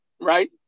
right